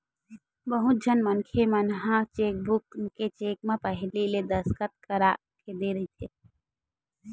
बहुत झन मनखे मन ह चेकबूक के चेक म पहिली ले दस्कत कर दे रहिथे